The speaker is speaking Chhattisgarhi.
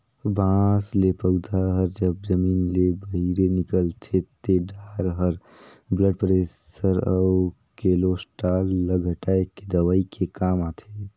बांस ले पउधा हर जब जमीन ले बहिरे निकलथे ते डार हर ब्लड परेसर अउ केलोस्टाल ल घटाए के दवई के काम आथे